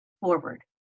forward